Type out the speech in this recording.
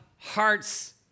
hearts